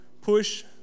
push